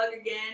again